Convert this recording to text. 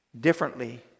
differently